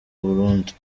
burundi